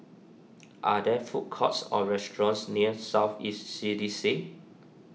are there food courts or restaurants near South East C D C